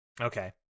okay